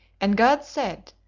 and god said,